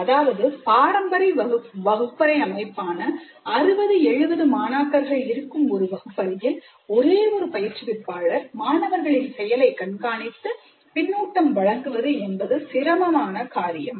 அதாவது பாரம்பரிய வகுப்பறை அமைப்பான 60 70 மாணாக்கர்கள் இருக்கும் ஒரு வகுப்பறையில் ஒரே ஒரு பயிற்றுவிப்பாளர் மாணவர்களின் செயலை கண்காணித்து பின்னூட்டம் வழங்குவது என்பது சிரமமான காரியம்